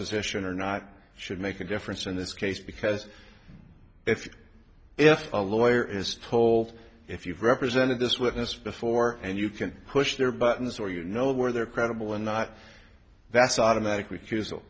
position or not should make a difference in this case because if if a lawyer is told if you've represented this witness before and you can push their buttons or you know where they're credible or not that's automatic